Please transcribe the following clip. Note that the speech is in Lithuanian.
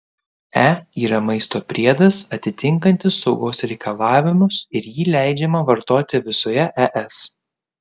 e yra maisto priedas atitinkantis saugos reikalavimus ir jį leidžiama vartoti visoje es